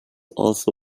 also